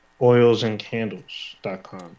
oilsandcandles.com